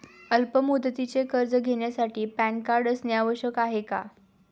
अल्प मुदतीचे कर्ज घेण्यासाठी पॅन कार्ड असणे आवश्यक आहे का?